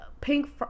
pink